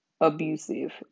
abusive